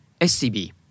SCB